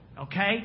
Okay